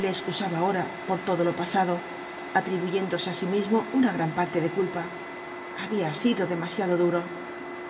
le excusaba ahora por todo lo pasado atribuyéndose á sí mismo gran parte de culpa había sido demasiado duro